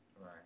Right